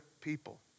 people